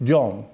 John